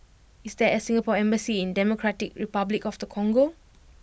is there a Singapore embassy in Democratic Republic of the Congo